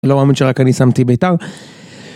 לא מאמין שרק אני שמתי ביתר